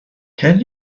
can